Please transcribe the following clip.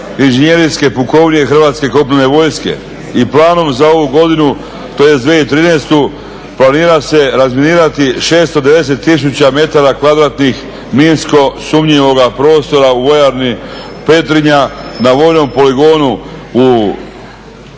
inženjerijske pukovnije Hrvatske kopnene vojske i planom za ovu godinu, tj. 2013. planira se razminirati 690 tisuća metara kvadratnih minsko sumnjivoga prostora u vojarni Petrinja na vojnom poligonu u Slunj,